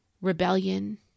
rebellion